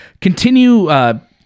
continue